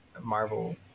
marvel